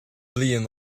bliain